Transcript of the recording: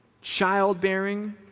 childbearing